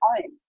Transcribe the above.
home